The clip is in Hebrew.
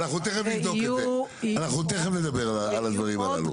תכף נדבר על הדברים הללו.